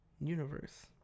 Universe